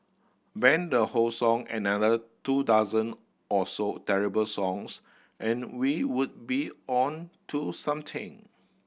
ban the whole song and another two dozen or so terrible songs and we would be on to something